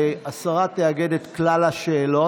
והשרה תאגד את כלל השאלות.